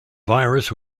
virus